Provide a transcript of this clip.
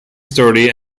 sturdy